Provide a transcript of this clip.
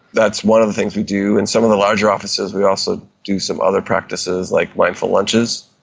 that's one of the things we do. in some of the larger offices we also do some other practices like mindful lunches.